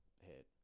hit